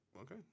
Okay